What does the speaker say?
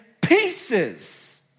pieces